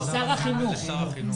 שר החינוך.